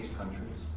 countries